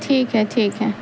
ٹھیک ہے ٹھیک ہے